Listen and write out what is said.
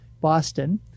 Boston